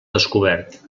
descobert